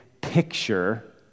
picture